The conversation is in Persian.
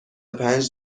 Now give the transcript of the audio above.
پنج